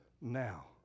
now